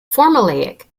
formulaic